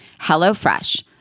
HelloFresh